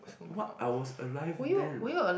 what I was alive then